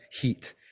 heat